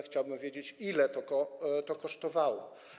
Chciałbym wiedzieć, ile to kosztowało.